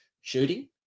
shooting